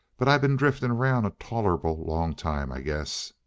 but i been drifting around a tolerable long time, i guess.